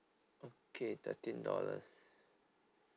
okay thirteen dollars